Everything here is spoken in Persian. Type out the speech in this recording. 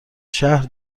شهر